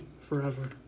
forever